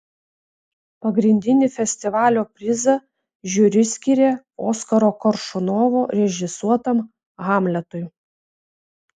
pagrindinį festivalio prizą žiuri skyrė oskaro koršunovo režisuotam hamletui